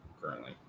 currently